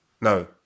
No